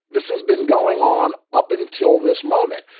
this has been going on up until this moment.